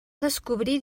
descobrir